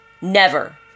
Never